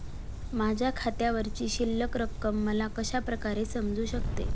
माझ्या खात्यावरची शिल्लक रक्कम मला कशा प्रकारे समजू शकते?